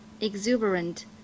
exuberant